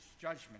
judgment